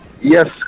Yes